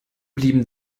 blieben